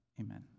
Amen